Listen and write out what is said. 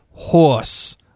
Horse